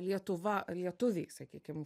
lietuva lietuviai sakykim